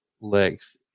Lex